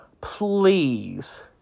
Please